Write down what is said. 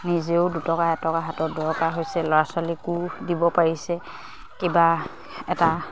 নিজেও দুটকা এটকা হাতত দৰকাৰ হৈছে ল'ৰা ছোৱালীকো দিব পাৰিছে কিবা এটা